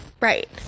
Right